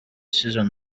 seasons